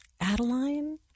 Adeline